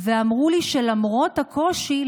אמרו לי: למרות הקושי,